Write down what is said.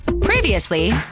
Previously